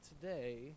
today